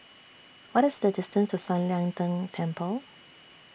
What IS The distance to San Lian Deng Temple